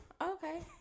Okay